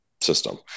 system